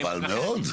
חבל מאוד.